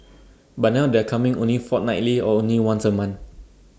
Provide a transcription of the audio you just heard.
but now they're coming only fortnightly or only once A month